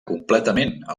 completament